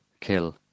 kill